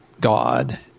God